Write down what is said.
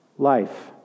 life